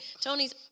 Tony's